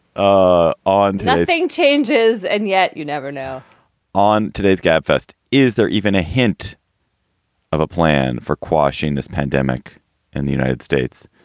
ah on anything changes. and yet you never know on today's gabfest. is there even a hint of a plan for quashing this pandemic in the united states?